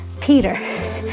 peter